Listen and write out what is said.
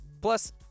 Plus